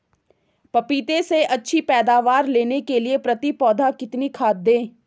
पपीते से अच्छी पैदावार लेने के लिए प्रति पौधा कितनी खाद दें?